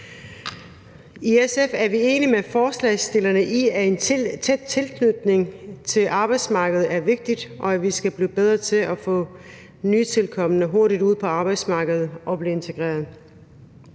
I SF er vi enige med forslagsstillerne i, at en tæt tilknytning til arbejdsmarkedet er vigtigt, og at vi skal blive bedre til at få nytilkomne hurtigt ud på arbejdsmarkedet og blive integrerede.